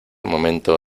momento